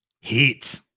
heat